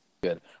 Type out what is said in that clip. good